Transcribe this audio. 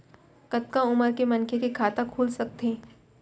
कतका उमर के मनखे के खाता खुल सकथे?